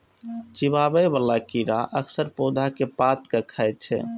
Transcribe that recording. चिबाबै बला कीड़ा अक्सर पौधा के पात कें खाय छै